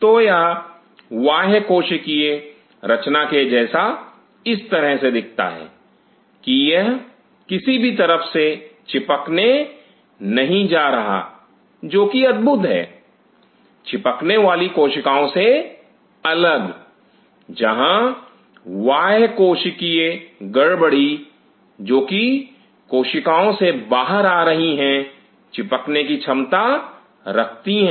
तो यह बाह्य कोशिकीय रचना के जैसा इस तरह से दिखता है कि यह किसी भी तरफ से चिपकने नहीं जा रहा जो की अद्भुत है चिपकने वाली कोशिकाओं से अलग जहां बाह्य कोशिकीय गड़बड़ी जो की कोशिकाओं से बाहर आ रही हैं चिपकने की क्षमता रखती हैं